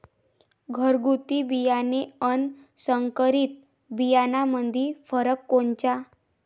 घरगुती बियाणे अन संकरीत बियाणामंदी फरक कोनचा?